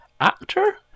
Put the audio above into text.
actor